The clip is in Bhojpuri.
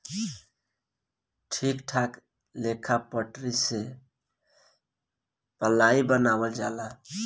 ठीक ठाक लेखा पटरी से पलाइ बनावल जाला